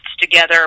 together